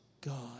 God